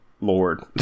Lord